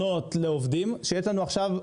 פתרונות לעובדים שיש לנו עכשיו מהנדסים,